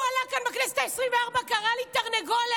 הוא עלה כאן בכנסת העשרים-וארבע, קרא לי תרנגולת.